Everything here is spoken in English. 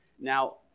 Now